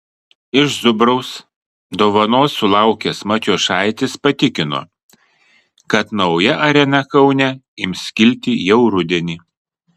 iš zubraus dovanos sulaukęs matijošaitis patikino kad nauja arena kaune ims kilti jau rudenį